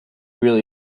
really